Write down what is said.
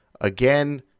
again